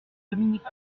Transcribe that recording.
dominique